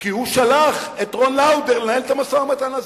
כי הוא שלח את רון לאודר לנהל את המשא-ומתן הזה.